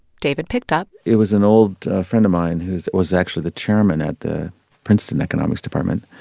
david picked up it was an old friend of mine who was actually the chairman at the princeton economics department,